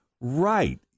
Right